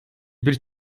bir